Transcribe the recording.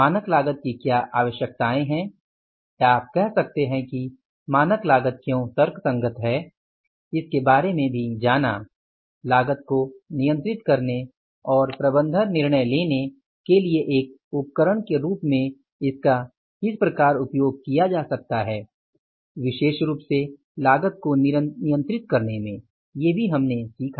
मानक लागत की क्या आवश्यकताएं हैं या आप कह सकते हैं कि मानक लागत क्यों तर्कसंगत हैं इसके बारे में भी जाना लागत को नियंत्रित करने और प्रबंधन निर्णय लेने के लिए एक उपकरण के रूप में इसका किस प्रकार उपयोग किया जा सकता है विशेष रूप से लागत को नियंत्रित करने में ये भी हमने सिखा